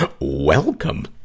Welcome